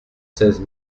seize